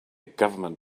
government